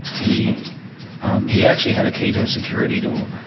he he actually had a key to her security door,